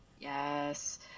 Yes